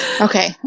Okay